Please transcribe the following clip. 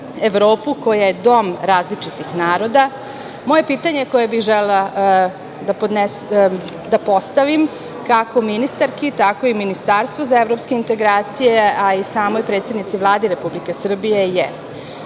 Evropu koja je dom različitih naroda. Moje pitanje koje želim da postavim, kako ministarki tako i Ministarstvu za evropske integracije, a i samoj predsednici Vlade Republike Srbije je